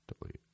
Delete